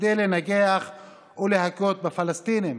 כדי לנגח ולהכות בפלסטינים,